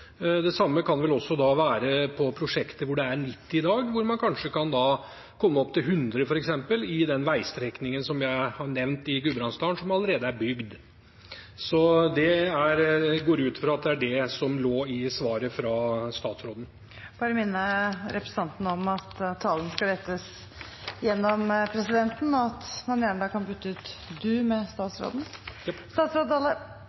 Det samme kan det vel også være på prosjekter hvor det er 90 km/t i dag, hvor man kanskje kan komme opp i 100 km/t, f.eks. på den veistrekningen jeg har nevnt, i Gudbrandsdalen, som allerede er bygd. Jeg går ut fra at det var det som lå i svaret fra statsråden. Jeg vil bare minne representanten om at talen skal rettes gjennom presidenten, og at man gjerne kan bytte ut «du» med